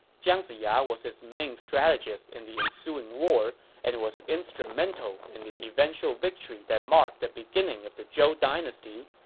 jiang ziya was his main strategist in the ensuing war and was instrumental in the eventual victory that marked the beginning of the zhou dynasty,